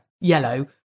yellow